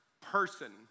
person